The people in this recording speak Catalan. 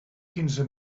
quinze